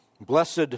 Blessed